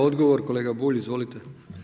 Odgovor, kolega Bulj, izvolite.